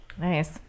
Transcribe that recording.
Nice